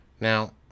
Now